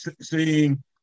seeing